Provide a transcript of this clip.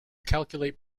calculate